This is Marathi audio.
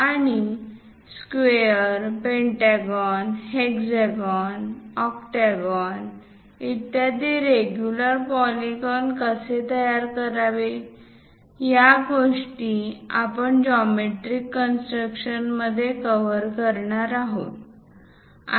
आणि स्क्वेअर पेंटॅगॉन हेक्सागॉन आणि ऑक्टॅगॉन इत्यादी रेग्युलर पॉलीगॉन कसे तयार करावे या गोष्टी आपण जॉमेट्रीक कन्स्ट्रक्शनमध्ये कव्हर करणार आहोत